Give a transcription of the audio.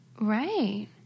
Right